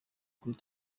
kuri